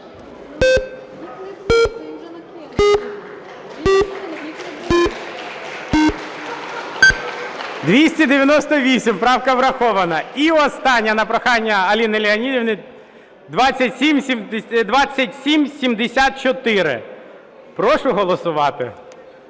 За-298 Правка врахована. І остання, на прохання Аліни Леонідівни, 2774. Прошу голосувати.